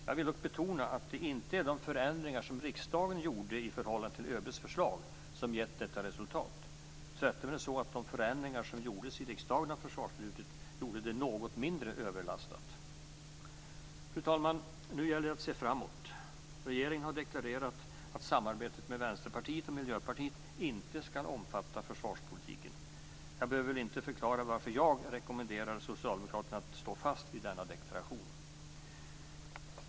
Jag vill dock betona att det inte är de förändringar som riksdagen gjorde i förhållande till ÖB:s förslag som givit detta resultat. Tvärtom är det så att de förändringar som gjordes i riksdagen av försvarsbeslutet gjorde det något mindre överlastat. Fru talman! Nu gäller det att se framåt. Regeringen har deklarerat att samarbetet med Vänsterpartiet och Miljöpartiet inte skall omfatta försvarspolitiken. Jag behöver väl inte förklara varför jag rekommenderar Socialdemokraterna att stå fast vid denna deklaration.